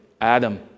Adam